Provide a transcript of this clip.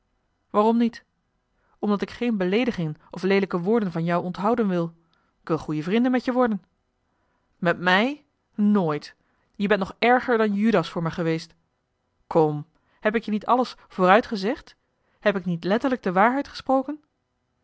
waarom niet omdat ik geen beleedigingen of leelijke woorden van jou onthouden wil k wil goeie vrinden met je worden met mij nooit je bent nog erger dan judas voor me geweest kom heb ik je niet alles vooruit gezegd heb ik niet letterlijk de waarheid gesproken